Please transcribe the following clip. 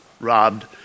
Robbed